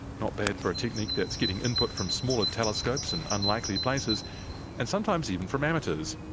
not bad for a technique that's getting input from smaller telescopes in unlikely places and sometimes even from amateurs.